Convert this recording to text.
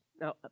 Now